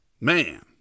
Man